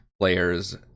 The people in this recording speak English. players